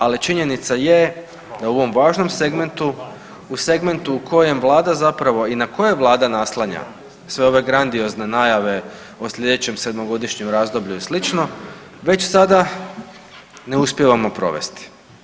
Ali činjenica je da u ovom važnom segmentu, u segmentu u kojem Vlada zapravo i na koje Vlada naslanja sve ove grandiozne najave o sljedećem 7-godišnjem razdoblju i slično već sada ne uspijevamo provesti.